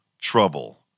Trouble